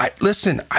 listen